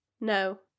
No